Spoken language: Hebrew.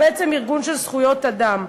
בעצם ארגון של זכויות אדם.